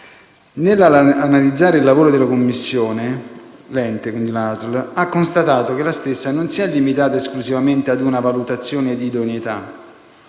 Nell'analizzare il lavoro della commissione, la ASL ha constatato che la stessa non si è limitata esclusivamente ad una valutazione di idoneità,